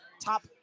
top